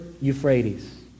Euphrates